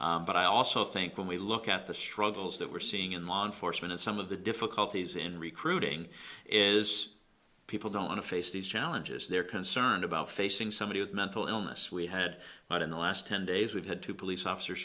that but i also think when we look at the struggles that we're seeing in law enforcement some of the difficulties in recruiting is people don't want to face these challenges they're concerned about facing somebody with mental illness we head out in the last ten days we've had two police officer